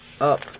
up